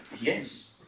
Yes